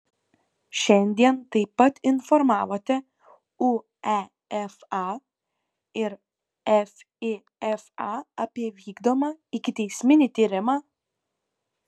šiandien taip pat informavote uefa ir fifa apie vykdomą ikiteisminį tyrimą